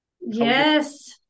Yes